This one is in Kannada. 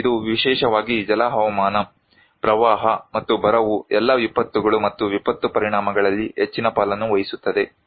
ಮತ್ತು ಇದು ವಿಶೇಷವಾಗಿ ಜಲ ಹವಾಮಾನ ಪ್ರವಾಹ ಮತ್ತು ಬರವು ಎಲ್ಲಾ ವಿಪತ್ತುಗಳು ಮತ್ತು ವಿಪತ್ತು ಪರಿಣಾಮಗಳಲ್ಲಿ ಹೆಚ್ಚಿನ ಪಾಲನ್ನು ವಹಿಸುತ್ತದೆ